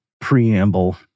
preamble